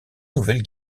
nouvelle